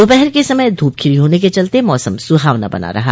दोपहर के समय धूप खिली होने के चलते मौसम सुहावना बना रहा